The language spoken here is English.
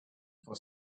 for